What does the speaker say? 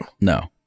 No